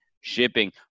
shipping